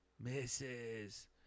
Misses